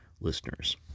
listeners